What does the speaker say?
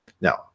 Now